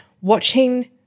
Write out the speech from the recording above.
watching